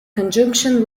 conjunction